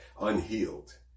unhealed